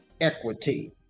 equity